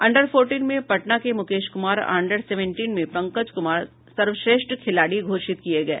under fourteen में पटना के मुकेश कुमार और अंडर सेवेंटीन में पंकज कुमार सर्वश्रेष्ठ खिलाड़ी घोषित किये गये